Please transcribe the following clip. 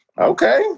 Okay